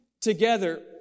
together